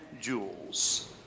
jewels